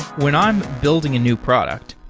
when i'm building a new product,